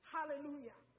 Hallelujah